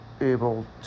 able